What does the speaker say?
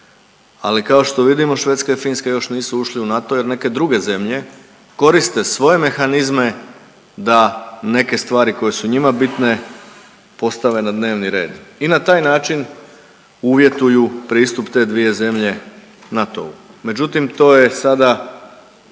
ali kao što vidimo Švedska i Finska još nisu ušli u NATO jer neke druge zemlje koriste svoje mehanizme da neke stvari koje su njima bitne postave na dnevni red i na taj način uvjetuju pristup te dvije zemlje NATO-u, međutim to je sada,